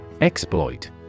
Exploit